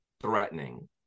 threatening